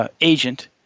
agent